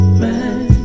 man